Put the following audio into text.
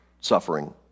suffering